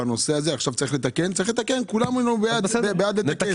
אם צריך לתקן, צריך לתקן וכולנו בעד לתקן.